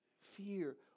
fear